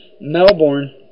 Melbourne